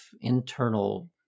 internal